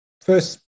first